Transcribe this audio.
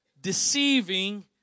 Deceiving